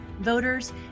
voters